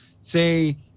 say –